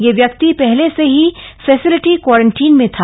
यह व्यक्ति पहले से ही फैसिलिटी क्वारंटीन में था